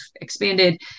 expanded